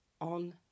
on